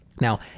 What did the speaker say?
Now